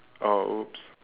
oh !oops!